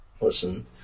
listen